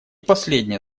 последнее